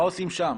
מה עושים שם?